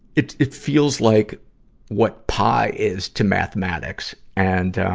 it it feels like what pi is to mathematics. and, um,